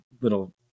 little